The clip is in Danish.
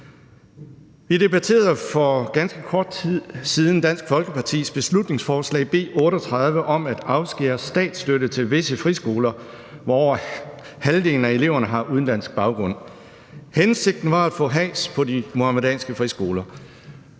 Vi debatterede for ganske kort tid siden Dansk Folkepartis beslutningsforslag B 38 om at afskære statsstøtte til visse friskoler, hvor over halvdelen af eleverne har udenlandsk baggrund. Hensigten var at få has på de muhamedanske friskoler.